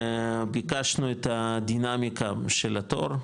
ביקשנו את הדינמיקה של התור,